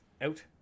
out